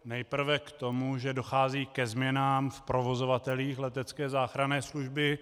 Nejprve k tomu, že dochází ke změnám v provozovatelích letecké záchranné služby.